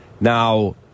Now